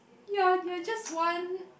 ya ya just one